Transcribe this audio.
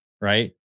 right